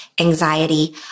anxiety